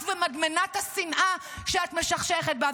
את ומדמנת השנאה שאת משכשכת בה.